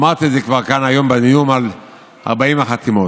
ואמרתי את זה כבר כאן היום בדיון על 40 החתימות: